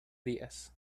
días